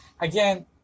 again